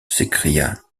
s’écria